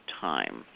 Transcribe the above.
time